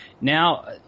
Now